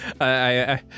I-